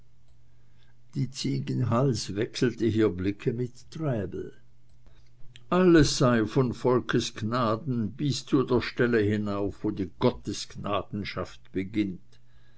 die ziegenhals wechselte hier blicke mit treibel alles sei von volkesgnaden bis zu der stelle hinauf wo die gottesgnadenschaft beginnt